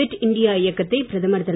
bit India இயக்கத்தை பிரதமர் திரு